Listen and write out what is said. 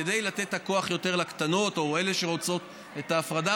כדי לתת את הכוח יותר לקטנות או לאלה שרוצות את ההפרדה